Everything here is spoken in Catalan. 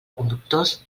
conductors